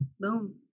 Boom